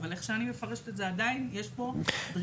אבל איך שאני מפרשת זה עדיין יש פה דרישה.